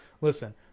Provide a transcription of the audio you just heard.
listen